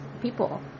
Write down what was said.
People